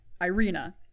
Irina